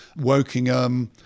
Wokingham